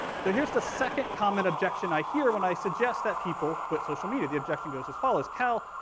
so here's the second common objection i hear when i suggest that people quit social media. the objection goes as follows, cal,